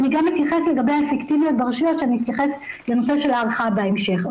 אני גם אתייחס לגבי האפקטיביות ברשויות כשאתייחס לנושא של --- בהמשך.